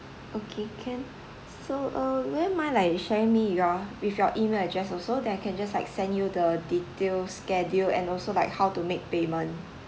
okay can so uh would you mind like sharing me your with your email address also that I can just like send you the details schedule and also like how to make payment